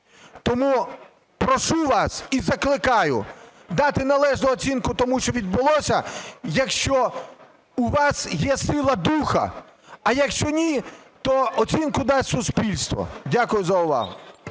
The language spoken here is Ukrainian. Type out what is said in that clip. Тому прошу вас і закликаю дати належну оцінку тому, що відбулося, якщо у вас є сила духу, а якщо ні, то оцінку дасть суспільство. Дякую за увагу.